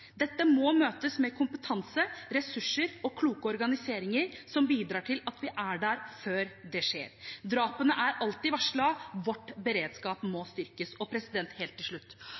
Dette må møtes med kompetanse, ressurser og kloke organiseringer som bidrar til at vi er der før det skjer. Drapene er alltid varslet. Vår beredskap må styrkes. Helt til slutt: